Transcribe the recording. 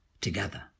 together